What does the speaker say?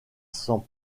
sans